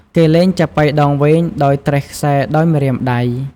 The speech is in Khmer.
គេលេងចាប៉ីដងវែង ដោយត្រេះខ្សែដោយម្រាមដៃ។